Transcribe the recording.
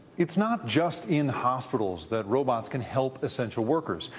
is not just in hospitals that robots can help essential workers.